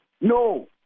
No